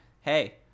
hey